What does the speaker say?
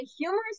humorous